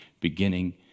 beginning